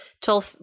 till